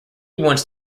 wants